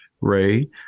Ray